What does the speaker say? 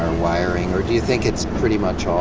wiring, or do you think it's pretty much all